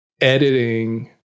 editing